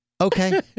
Okay